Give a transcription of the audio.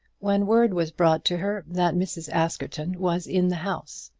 when word was brought to her that mrs. askerton was in the house.